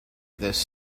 this